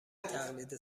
تقلید